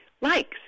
likes